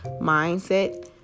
mindset